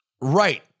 right